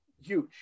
huge